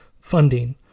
funding